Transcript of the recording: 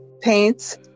paints